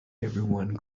everyone